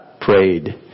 prayed